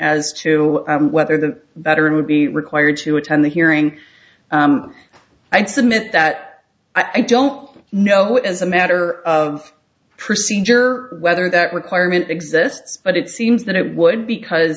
as to whether the better it would be required to attend the hearing i submit that i don't know as a matter of procedure whether that requirement exists but it seems that it would because